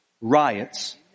Riots